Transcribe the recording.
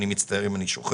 אני מצטער אם אני שוכח